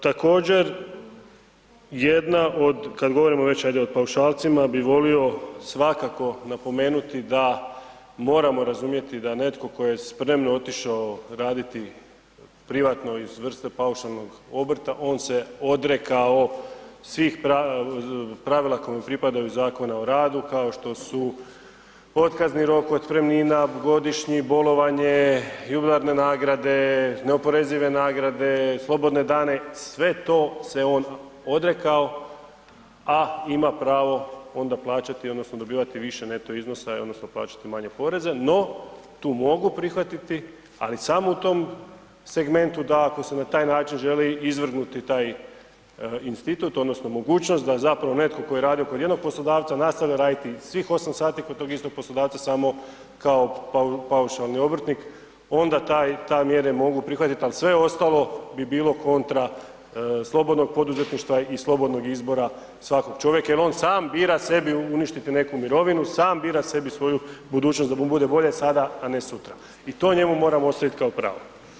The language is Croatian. Također, jedna od kad govorimo hajde o paušalcima bi volio svakako napomenuti da moramo razumjeti da netko tko je spremno otišao raditi privatno iz vrste paušalnog obrta, on se odrekao svih pravila kome pripadaju Zakon o radu kao što su otkazni rokovi, otpremnina, godišnji, bolovanje, jubilarne nagrade, neoporezive nagrade, slobodne dane, sve to se on odrekao a ima pravo onda plaćati odnosno dobivati više neto iznosa odnosno plaćati manje poreze no tu mogu prihvatiti ali samo u tom segmentu da ako se na taj način želi izvrgnuti taj institut odnosno mogućnost da zapravo netko tko je radio kod jednog poslodavca, nastavlja raditi svih 8 sati kod tog istog poslodavca samo kao paušalni obrtnik, onda te mjere mogu prihvatiti ali sve ostalo bi bilo kontra slobodnog poduzetništva i slobodnog izbora svakog čovjeka jer on sam bira sebi uništiti neku mirovinu, sam bira sebi svoju budućnost da mu bude bolje sada a ne sutra i to njemu moramo ostaviti kao pravo.